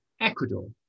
Ecuador